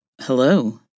Hello